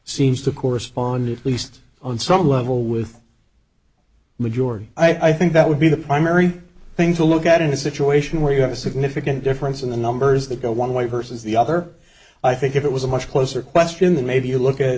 seems to correspondent at least on some level with majority i think that would be the primary thing to look at in a situation where you have a significant difference in the numbers that go one way versus the other i think if it was a much closer question than maybe you look at